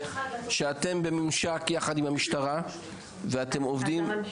שאתם בממשק יחד עם המשטרה ואתם עובדים?